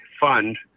fund